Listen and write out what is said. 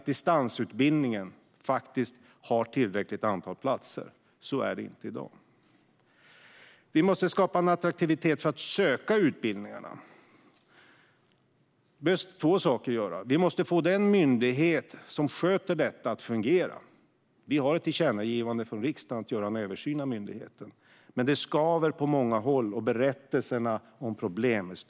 Distansutbildningen måste ha ett tillräckligt antal platser. Så är det inte i dag. Vi måste skapa en attraktivitet för att söka utbildningarna. Då behöver man göra två saker. Den myndighet som sköter detta måste fungera. Det finns ett tillkännagivande från riksdagen om att göra en översyn av myndigheten. Men det skaver på många håll, och berättelserna om problem är många.